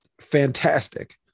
fantastic